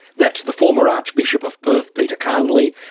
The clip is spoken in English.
that's the former archbishop of perth, peter carnley,